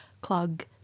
clog